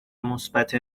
مثبت